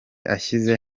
ashyize